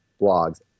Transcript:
blogs